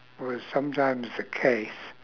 or was sometimes the case